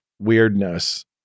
weirdness